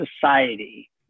society